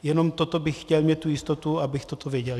Jenom v tomto bych chtěl mít tu jistotu, abych toto věděl.